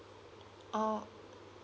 oh